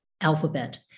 alphabet